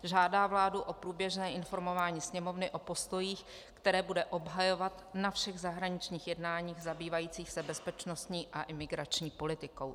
Žádá vládu o průběžné informování Sněmovny o postojích, které bude obhajovat na všech zahraničních jednáních zabývajících se bezpečnostní a imigrační politikou.